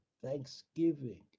Thanksgiving